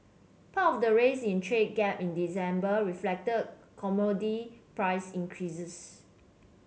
part of the rise in trade gap in December reflected commodity price increases